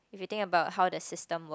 if you think about how the system work